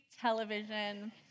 television